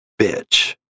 bitch